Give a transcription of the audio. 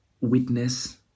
witness